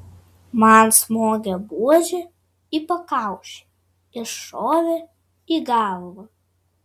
man smogė buože į pakaušį iššovė į galvą